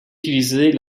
utiliser